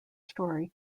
story